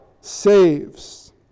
saves